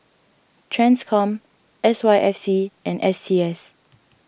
Transcom S Y F C and S T S